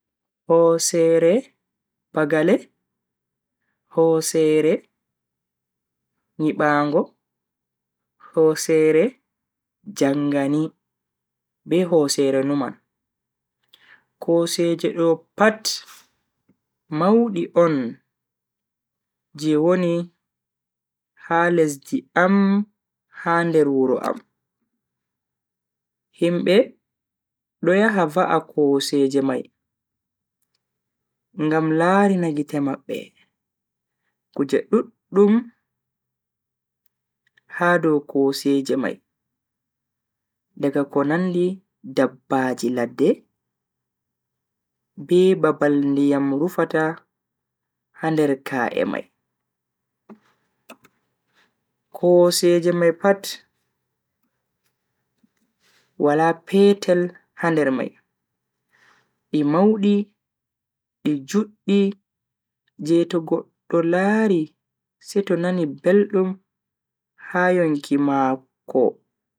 Hoseere bagale, hoseere, nyibango, hoseere jangani be hoseere numan. koseje do pat maudi on je woni ha lesdi am ha nder wuro am. Himbe do yaha va'a koseje mai ngam larina gite mabbe kujeji duddum ha dow koseje mai daga ko nandi dabbaji ladde, be babal ndiyam rufata ha nder ka'e mai. koseje mai pat wala petel ha nder mai, di maudi di juddi je to goddo lari seto nani beldum ha yonki mako.